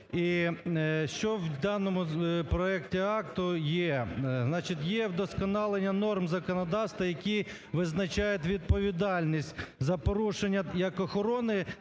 І що в даному проекті акту є? Значить, є вдосконалення норм законодавства, які визначають відповідальність за порушення як охорони